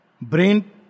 brain